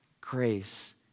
grace